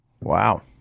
Wow